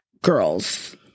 girls